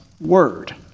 word